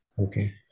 Okay